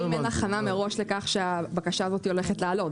לשרים אין הכנה מראש לכך שהבקשה הזאת הולכת לעלות,